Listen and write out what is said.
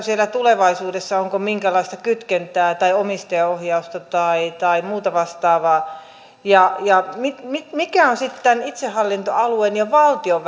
siellä tulevaisuudessa minkäänlaista kytkentää tai omistajaohjausta tai tai muuta vastaavaa ja ja mikä on sitten itsehallintoalueen ja valtion